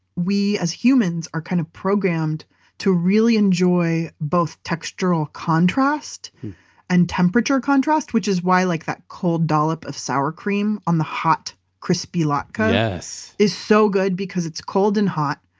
we as humans are kind of programmed to really enjoy both textural contrast and temperature contrast, which is why like that cold dollop of sour cream on the hot crispy latkes but is so good because it's cold and hot.